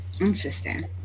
Interesting